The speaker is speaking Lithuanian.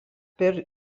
per